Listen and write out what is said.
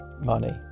money